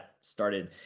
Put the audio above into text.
started